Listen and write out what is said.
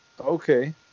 Okay